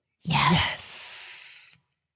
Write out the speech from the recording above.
Yes